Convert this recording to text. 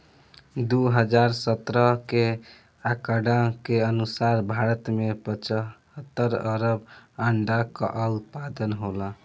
दू हज़ार सत्रह के आंकड़ा के अनुसार भारत में पचहत्तर अरब अंडा कअ उत्पादन होला